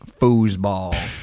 foosball